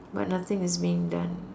but nothing is being done